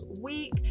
week